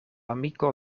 amiko